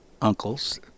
uncles